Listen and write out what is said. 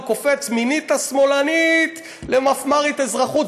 הוא קופץ: מינית שמאלנית למפמ"רית אזרחות.